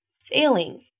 Failing